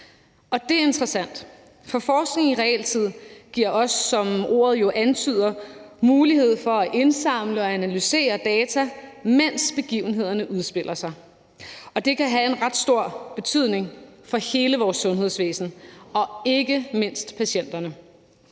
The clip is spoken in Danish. Det er interessant, for forskning i realtid giver os, som ordet jo antyder, mulighed for at indsamle og analysere data, mens begivenhederne udspiller sig, og det kan have en ret stor betydning for hele vores sundhedsvæsen og ikke mindst for patienterne.